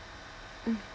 mm